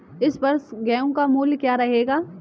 इस वर्ष गेहूँ का मूल्य क्या रहेगा?